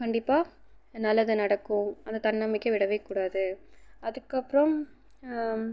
கண்டிப்பாக நல்லது நடக்கும் அந்த தன்னம்பிக்கை விடவே கூடாது அதுக்கப்புறம்